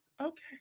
Okay